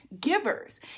givers